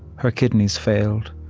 her kidneys failed,